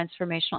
transformational